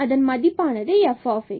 அதன் மதிப்பானது f